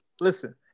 listen